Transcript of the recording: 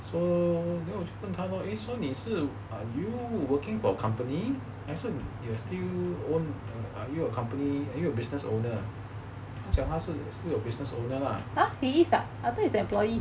so then 我就问他 lor so 你是 are you working for a company 还是 you are still you own a company or are you a business owner then 他讲他是 still a business owner lah